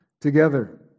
Together